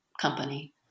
company